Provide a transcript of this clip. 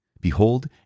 Behold